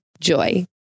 JOY